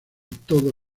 todo